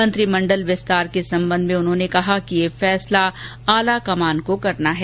मंत्रिमंडल विस्तार के संबंध में श्री गहलोत ने कहा कि यह फैसला आलाकमान को करना है